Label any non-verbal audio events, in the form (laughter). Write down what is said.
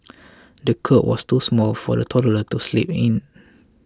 (noise) the cot was too small for the toddler to sleep in